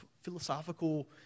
philosophical